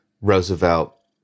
Roosevelt